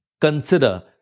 consider